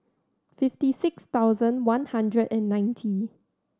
fifty six thousand one hundred and ninety